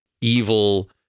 evil